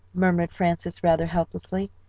murmured frances rather helplessly.